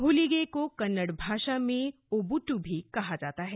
होलीगे को कनड्ड भाषा में ओबद्द भी कहा जाता है